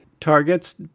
targets